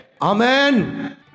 Amen